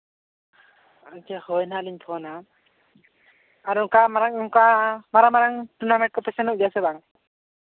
ᱟᱪᱪᱷᱟ ᱦᱳᱭ ᱱᱟᱦᱟᱸᱜ ᱞᱤᱧ ᱯᱷᱳᱱᱼᱟ ᱟᱨ ᱚᱱᱠᱟ ᱢᱟᱨᱟᱝ ᱚᱱᱠᱟ ᱢᱟᱨᱟᱝ ᱢᱟᱨᱟᱝ ᱴᱩᱨᱱᱟᱢᱮᱱᱴ ᱠᱚᱯᱮ ᱥᱮᱱᱚᱜ ᱜᱮᱭᱟ ᱥᱮ ᱵᱟᱝ